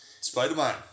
Spider-Man